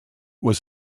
was